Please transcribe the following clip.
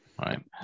right